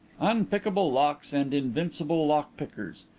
unpickable locks and invincible lock-pickers,